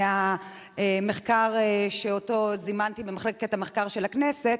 מהמחקר שאני הזמנתי במחלקת המחקר של הכנסת,